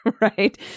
right